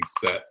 set